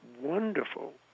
wonderful